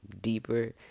deeper